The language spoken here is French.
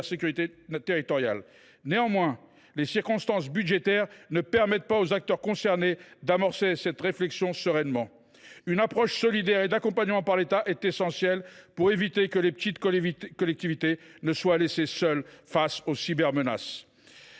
cybersécurité territoriale. Néanmoins, les circonstances budgétaires ne permettent pas aux acteurs concernés d’avancer dans cette voie sereinement. Une approche solidaire d’accompagnement par l’État est essentielle pour éviter que les petites collectivités ne soient laissées seules face aux cybermenaces.